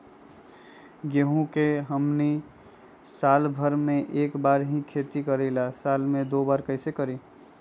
गेंहू के हमनी साल भर मे एक बार ही खेती करीला साल में दो बार कैसे करी?